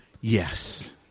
yes